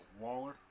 Waller